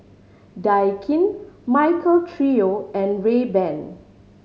Daikin Michael Trio and Rayban